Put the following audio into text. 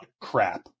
crap